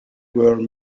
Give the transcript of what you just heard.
were